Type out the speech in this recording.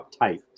uptight